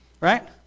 right